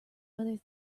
whether